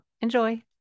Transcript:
enjoy